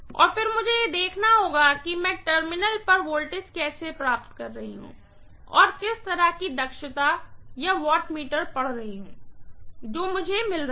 और फिर मुझे यह देखना होगा कि मैं टर्मिनल पर वोल्टेज कैसे प्राप्त कर रही हूँ और किस तरह की दक्षता या वाटमीटर पढ़ रहा हूं जो मुझे मिल रहा है